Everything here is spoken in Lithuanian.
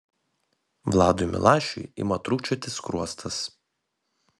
vladui milašiui ima trūkčioti skruostas